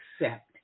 accept